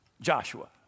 Joshua